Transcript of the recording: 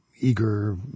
eager